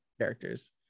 characters